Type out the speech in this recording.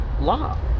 law